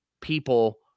people